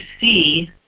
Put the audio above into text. see